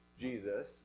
Jesus